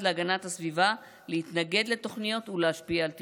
להגנת הסביבה להתנגד לתוכניות ולהשפיע על תכנונן.